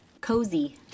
cozy